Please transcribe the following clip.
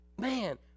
man